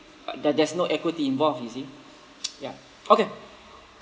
uh there there's no equity involved you see ya okay